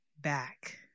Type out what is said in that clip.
back